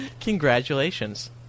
Congratulations